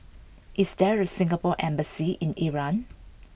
is there a Singapore embassy in Iran